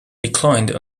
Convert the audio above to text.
declined